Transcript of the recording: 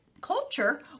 culture